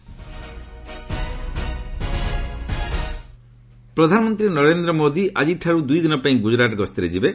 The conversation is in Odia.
ପିଏମ୍ ଗୁଜରାଟ ପ୍ରଧାନମନ୍ତ୍ରୀ ନରେନ୍ଦ୍ର ମୋଦି ଆଜିଠାରୁ ଦୁଇ ଦିନ ପାଇଁ ଗୁଜରାଟ ଗସ୍ତରେ ଯିବେ